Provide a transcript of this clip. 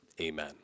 Amen